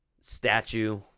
statue